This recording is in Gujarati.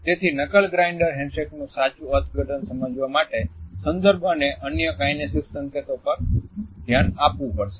તેથી નકલ ગ્રાઇન્ડર હેન્ડશેકનું સાચુ અર્થઘટન સમજવા માટે સંદર્ભ અને અન્ય કાઈનેસિક્સ સંકેતો પર ધ્યાન આપવું પડશે